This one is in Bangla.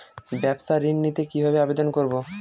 ব্যাবসা ঋণ নিতে কিভাবে আবেদন করব?